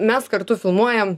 mes kartu filmuojam